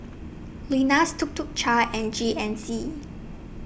Lenas Tuk Tuk Cha and G N C